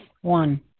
One